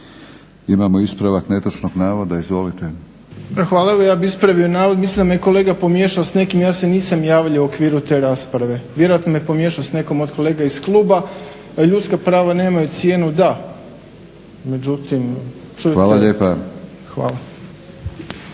Imamo ispravak netočnog navoda. Izvolite. **Đurović, Dražen (HDSSB)** Hvala. Ja bih ispravio navod, mislim da me je kolega pomiješao s nekim, ja se nisam javljao u okviru te rasprave. vjerojatno me pomiješao s nekim od kolega iz kluba. A ljudska prava nemaju cijenu, da. **Batinić, Milorad (HNS)** Hvala lijepa. Imamo